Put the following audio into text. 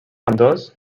ambdós